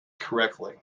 correctly